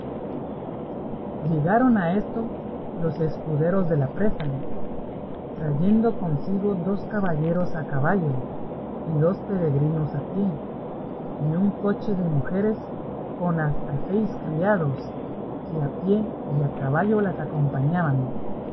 llegaron en esto los escuderos de la presa trayendo consigo dos caballeros a caballo y dos peregrinos a pie y un coche de mujeres con hasta seis criados que a pie y a caballo las acompañaban